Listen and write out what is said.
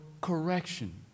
correction